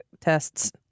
tests